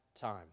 time